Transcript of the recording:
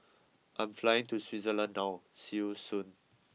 I'm flying to Switzerland now see you soon